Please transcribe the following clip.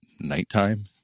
nighttime